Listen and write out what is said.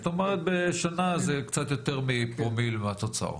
זאת אומרת בשנה זה קצת יותר מפרומיל מהתוצר,